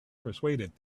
persuaded